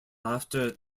after